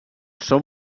són